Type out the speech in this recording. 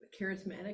charismatic